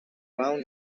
around